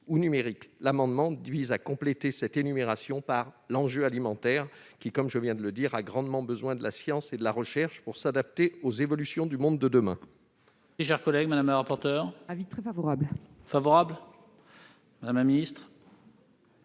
ou numérique. L'amendement vise à compléter cette énumération par l'enjeu alimentaire, qui, comme je viens de le dire, a grandement besoin de la science et de la recherche pour s'adapter aux évolutions du monde de demain.